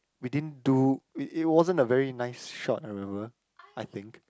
we didn't do it wasn't a very nice shot I remember I think